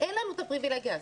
אין לנו את הפריבילגיה הזאת.